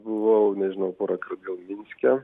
buvau nežinau porąkart gal minske